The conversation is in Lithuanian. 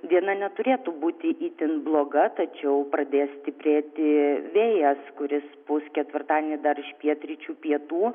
diena neturėtų būti itin bloga tačiau pradės stiprėti vėjas kuris pūs ketvirtadienį dar iš pietryčių pietų